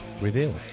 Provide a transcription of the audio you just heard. reveal